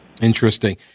Interesting